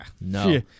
no